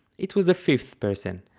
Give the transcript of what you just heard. it was a fifth person,